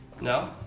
No